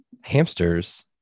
Hamsters